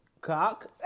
Cock